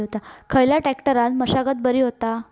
खयल्या ट्रॅक्टरान मशागत बरी होता?